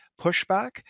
pushback